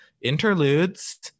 interludes